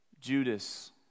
Judas